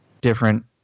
different